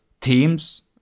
teams